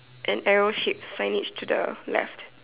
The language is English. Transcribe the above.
an arrow shape signage to the left